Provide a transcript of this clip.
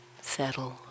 settle